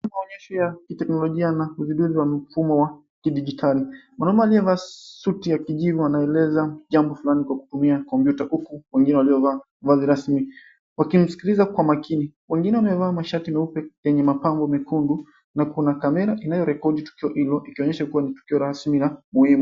Maonyesho ya kiteknolojia na uzinduzi wa mifumo ya kidijitali. Mwanaume aliyevaa suti ya kijivu, anaeleza jambo fulani kwa kutumia kompyuta, huku wengine waliovaa vazi rasmi, wakimsikiliza kwa makini. Wengine wamevaa mashati nyeupe yenye mapambo mekundu, na kuna camera inayo rekodi tukio hilo, ikionyesha kuwa ni tukio rasmi la muhimu.